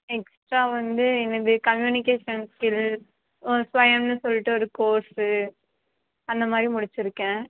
extra வந்து என்னது communication skill ஒரு ஸ்வையம்னு சொல்லிட்டு ஒரு கோர்ஸ்ஸு அந்த மாதிரி முடிச்சுருக்கேன்